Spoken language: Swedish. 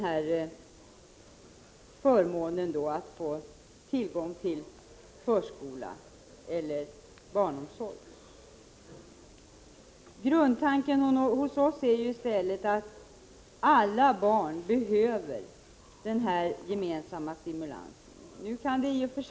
1985/86:43 förmånen av tillgång till förskola och barnomsorg? 4 december 1985 Grundtanken hos oss är att alla barn behöver den stimulans som gemenskapen innebär.